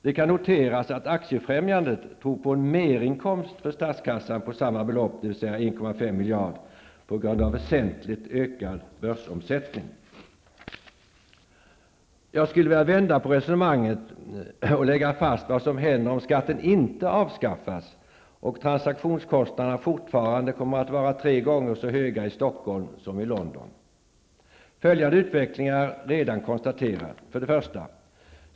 Det kan noteras att Aktiefrämjandet tror på en merinkomst för statskassan på samma belopp, dvs. Jag skulle vilja vända på resonemanget och lägga fast vad som händer om skatten inte avskaffas och transaktionskostnaderna fortfarande kommer att vara tre gånger så höga i Stockholm som i London. Följande utveckling är redan konstaterad: 1.